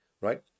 right